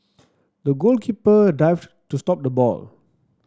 the goalkeeper dived to stop the ball